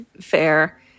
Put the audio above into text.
fair